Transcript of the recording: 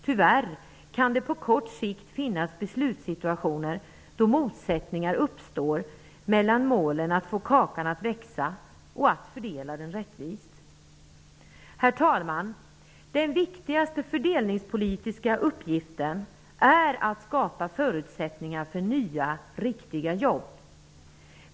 Tyvärr kan det på kort sikt finnas beslutssituationer då motsättningar uppstår mellan målen att få kakan att växa och att fördela den rättvist. Herr talman! Den viktigaste fördelningspolitiska uppgiften är att skapa förutsättningar för nya riktiga jobb.